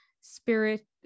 spirit